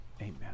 amen